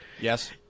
Yes